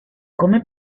come